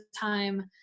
time